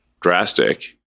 drastic